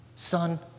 Son